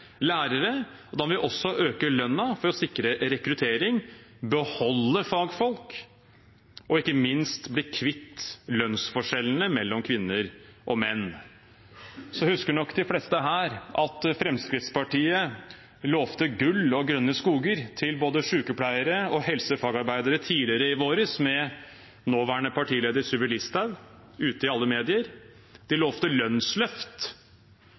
lærere, og da må vi også øke lønnen for å sikre rekruttering, beholde fagfolk og ikke minst bli kvitt lønnsforskjellene mellom kvinner og menn. De fleste her husker nok at Fremskrittspartiet lovte gull og grønne skoger til både sykepleiere og helsefagarbeidere tidligere i våres, med nåværende partileder Sylvi Listhaug ute i alle medier. De lovte lønnsløft